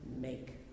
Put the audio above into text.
make